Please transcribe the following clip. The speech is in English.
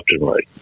right